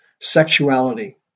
sexuality